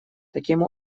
таким